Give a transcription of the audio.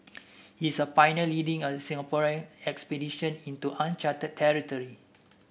he's a pioneer leading a Singaporean expedition into uncharted territory